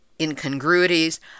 incongruities